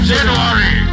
January